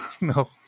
no